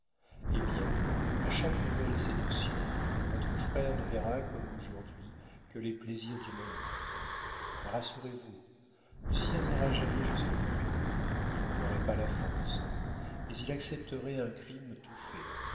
eh bien à chaque nouvelle séduction votre frère ne verra comme aujourd'hui que les plaisirs du moment rassurez-vous lucien n'ira jamais jusqu'au crime il n'en aurait pas la force mais il accepterait un crime tout fait